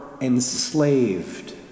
enslaved